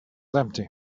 empty